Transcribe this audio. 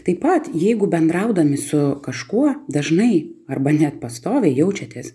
taip pat jeigu bendraudami su kažkuo dažnai arba net pastoviai jaučiatės